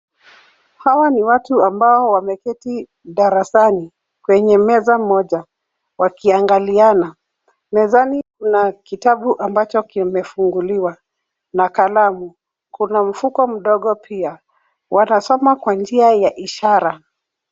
Hawa ni watu ambao wameketi darasani kwenye meza kwenye meza moja wakiangaliana. Mezani kuna kitabu ambacho kimefunguliwa na kalamu. Kuna mfuko mdogo pia . Wanasoma kwa njia ya ishara.